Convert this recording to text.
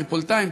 טריפוליטאיים,